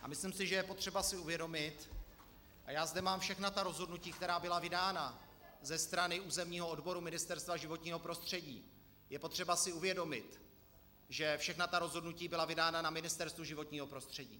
A myslím si, že je potřeba si uvědomit a já zde mám všechna ta rozhodnutí, která byla vydána ze strany územního odboru Ministerstva životního prostředí je třeba si uvědomit, že všechna rozhodnutí byla vydána na Ministerstvu životního prostředí.